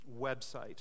website